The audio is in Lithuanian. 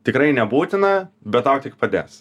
tikrai nebūtina bet tau tik padės